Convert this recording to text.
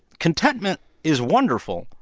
contentment is wonderful.